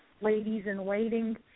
ladies-in-waiting